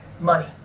Money